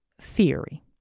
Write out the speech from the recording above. theory